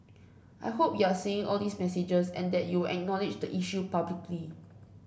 I hope you're seeing all these messages and that you will acknowledge the issue publicly